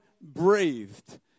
breathed